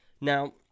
now